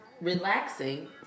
Relaxing